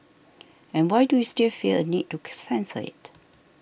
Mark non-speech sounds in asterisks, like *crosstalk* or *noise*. and why do we still feel a need to *unintelligible* censor it